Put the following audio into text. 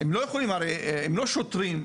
הם הרי לא שוטרים,